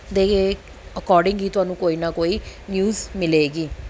ਦੇ ਅਕੋਰਡਿੰਗ ਹੀ ਤੁਹਾਨੂੰ ਕੋਈ ਨਾ ਕੋਈ ਨਿਊਜ਼ ਮਿਲੇਗੀ